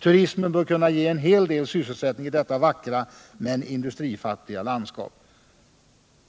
Turismen bör kunna ge en hel del sysselsättningstillfällen i detta vackra men industrifattiga landskap.